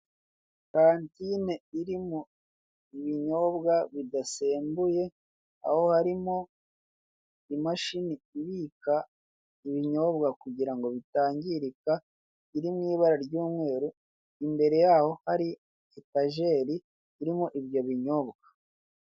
Kantine irimo ibinyobwa bidasembuye, aho harimo imashini ibika ibinyobwa kugirango bitangirika, iri mu ibara ry'umweru, imbere y'aho hari etajeri irimo ibyo binyobwa.